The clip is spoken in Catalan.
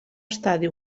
estadi